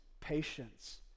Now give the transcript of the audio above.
patience